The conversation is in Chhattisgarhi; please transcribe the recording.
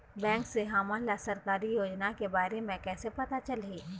बैंक से हमन ला सरकारी योजना के बारे मे कैसे पता चलही?